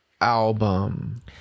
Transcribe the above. album